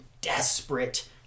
desperate